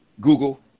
Google